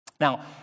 Now